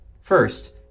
First